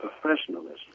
professionalism